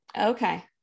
Okay